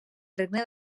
regne